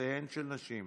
הצלחותיהן של נשים,